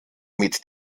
mit